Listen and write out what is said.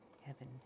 heaven